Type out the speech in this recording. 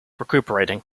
recuperating